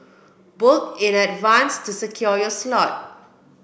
book in advance to secure your slot